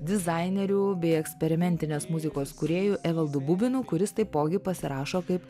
dizaineriu bei eksperimentinės muzikos kūrėju evaldu bubinu kuris taipogi pasirašo kaip